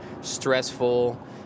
stressful